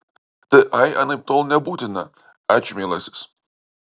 t ai anaiptol nebūtina ačiū mielasis